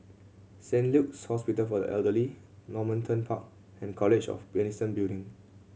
Saint Luke's Hospital for the Elderly Normanton Park and College of Medicine Building